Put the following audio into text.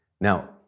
Now